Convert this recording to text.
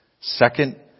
Second